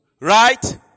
Right